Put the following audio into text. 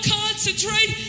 concentrate